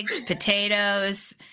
potatoes